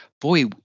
boy